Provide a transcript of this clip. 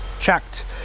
checked